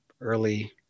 early